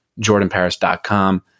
jordanparis.com